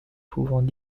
pouvant